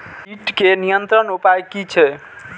कीटके नियंत्रण उपाय कि छै?